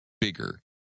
bigger